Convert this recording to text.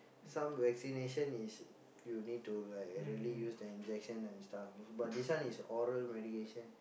some vaccination is you need to like really use the injection and stuff but this one is oral medication